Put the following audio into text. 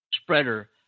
spreader